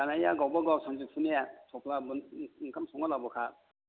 जानाया गावबा गाव सानजौफुनिया थफ्ला बोन ओंखाम संना लाबोखा